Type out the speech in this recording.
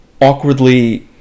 awkwardly